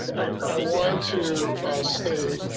i want to stay.